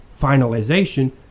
finalization